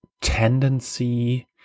tendency